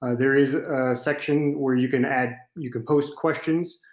ah there is a section where you can add you can post questions